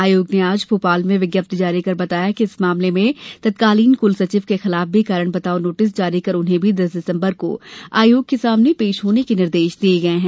आयोग ने आज भोपाल में विज्ञप्ति जारी कर बताया है कि इस मामले में तत्कालीन कुल सचिव के खिलाफ भी कारण बताओ नोटिस जारी कर उन्हें भी दस दिसम्बर को आयोग के सामने पेश होने के निर्देश दिये गये हैं